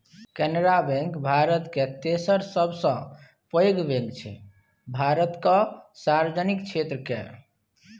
Canara bank भारतक तेसर सबसँ पैघ बैंक छै भारतक सार्वजनिक क्षेत्र केर